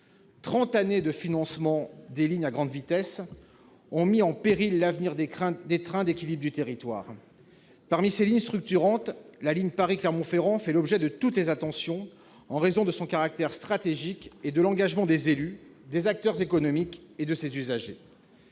années de financement des lignes à grande vitesse ont mis en péril l'avenir des trains d'équilibre du territoire. Parmi ces lignes structurantes, la ligne Paris-Clermont-Ferrand fait l'objet de toutes les attentions, en raison de son caractère stratégique et de l'engagement des élus, des acteurs économiques et des usagers.